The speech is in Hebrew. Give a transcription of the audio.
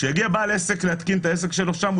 כשיגיע בעל עסק להתקין את העסק שלו שם,